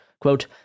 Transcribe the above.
quote